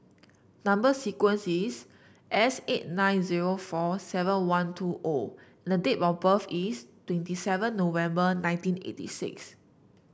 number sequence is S eight nine zero four seven one two O and the date of birth is twenty seven November nineteen eighty six